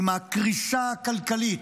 עם הקריסה הכלכלית,